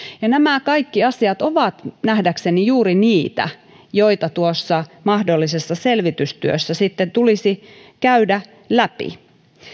ja nämä kaikki asiat ovat nähdäkseni juuri niitä joita tuossa mahdollisessa selvitystyössä sitten tulisi käydä läpi